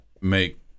make